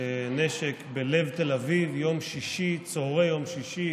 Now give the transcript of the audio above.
נשק בלב תל אביב, ביום שישי, בצוהרי יום שישי,